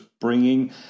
bringing